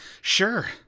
Sure